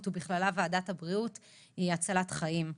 ובכללה ועדת הבריאות היא הצלת חיים.